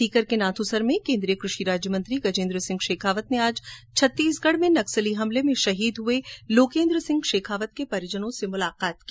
सीकर के नाथूसर में केन्द्रीय कृषि राज्य मंत्री गजेन्द्र सिंह शेखावत ने आज छत्तीसगढ में नक्सली हमले में शहीद हुए लोकेन्द्र सिंह शेखावत के परिजनों से मुलाकात की